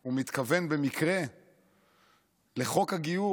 הוא מתכוון במקרה לחוק הגיור